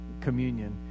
communion